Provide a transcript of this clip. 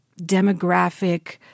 demographic